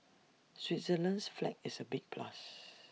Switzerland's flag is A big plus